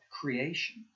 creation